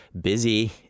busy